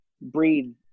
breed